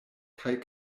kaj